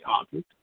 object